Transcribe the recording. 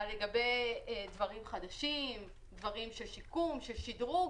אבל לגבי דברים חדשים, שיקום ושדרוג